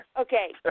Okay